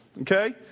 Okay